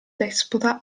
despota